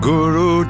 Guru